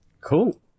Cool